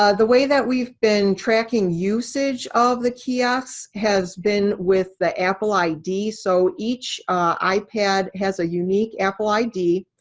ah the way that we've been tracking usage of the kiosks has been with the apple id. so each ipad has a unique apple id.